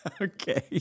Okay